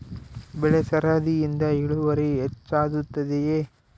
ಬೆಳೆ ಸರದಿಯಿಂದ ಇಳುವರಿ ಹೆಚ್ಚುತ್ತದೆಯೇ?